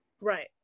Right